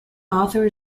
author